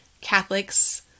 Catholics